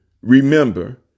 remember